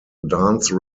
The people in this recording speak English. dance